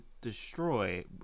destroy